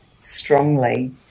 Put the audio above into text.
strongly